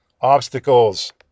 Obstacles